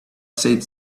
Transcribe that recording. said